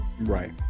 right